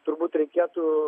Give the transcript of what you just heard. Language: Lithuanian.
turbūt reikėtų